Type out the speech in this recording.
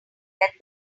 that